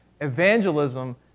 Evangelism